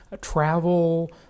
travel